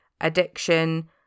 addiction